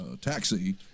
Taxi